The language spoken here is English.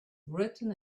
written